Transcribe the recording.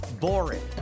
boring